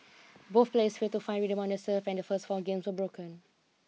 both players failed to find rhythm on their serve and the first four games were broken